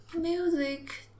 music